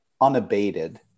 unabated